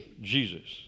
Jesus